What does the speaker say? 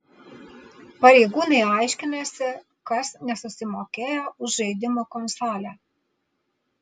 pareigūnai aiškinasi kas nesusimokėjo už žaidimų konsolę